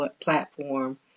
platform